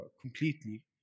completely